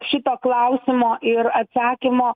šito klausimo ir atsakymo